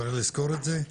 צריך לזכור את זה.